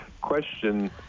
question